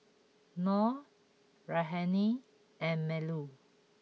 Nor Raihana and Melur